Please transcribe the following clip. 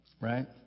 right